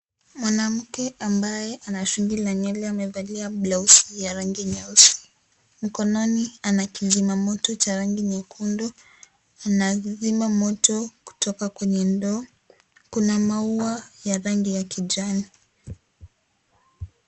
Mwanamke ambaye ana shungi la Nywele amevalia blouse ya rangi nyeusi. Mkononi ako na kizima moto cha rangi nyekundu anakizima moto kutoka kwenye ndoo, Kuna maua ya rangi ya kijani.